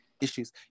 Issues